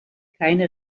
keine